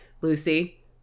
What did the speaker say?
Lucy